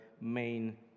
main